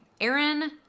Aaron